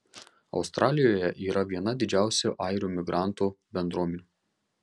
australijoje yra viena didžiausių airių imigrantų bendruomenių